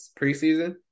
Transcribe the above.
preseason